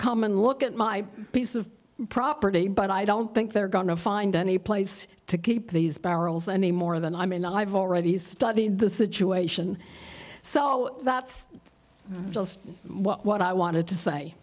come and look at my piece of property but i don't think they're going to find any place to keep these barrels any more than i mean i've already studied the situation so that's what i wanted to say